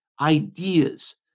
ideas